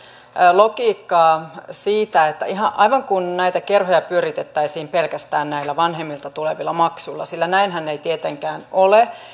logiikkaa siitä että aivan kuin näitä kerhoja pyöritettäisiin pelkästään näillä vanhemmilta tulevilla maksuilla sillä näinhän ei tietenkään ole